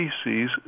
species